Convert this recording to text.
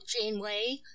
Janeway